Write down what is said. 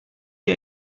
wie